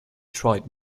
tried